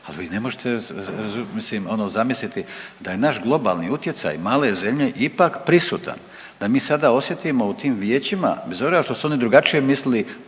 al vi ne možete mislim ono zamisliti da je naš globalni utjecaj male zemlje ipak prisutan, da mi sada osjetimo u tim vijećima bez obzira što su oni drugačije mislili,